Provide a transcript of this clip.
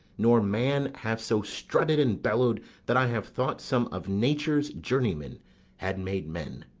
nor man, have so strutted and bellowed that i have thought some of nature's journeymen had made men,